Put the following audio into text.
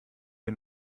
wir